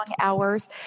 hours